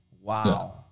Wow